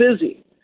busy